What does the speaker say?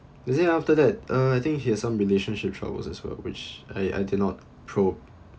is it after that uh I think he has some relationship troubles as well which I I did not probe